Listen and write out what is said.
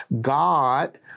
God